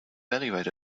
evaluate